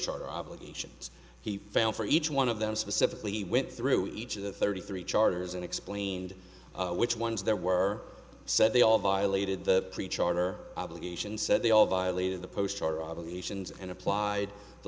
charter obligations he found for each one of them specifically went through each of the thirty three charters and explained which ones there were said they all violated the preach order obligations said they all violated the postcard obligations and applied the